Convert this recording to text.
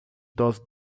doze